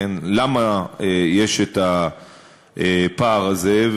למה יש הפער הזה.